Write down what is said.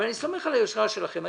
אבל אני סומך על היושרה שלכם.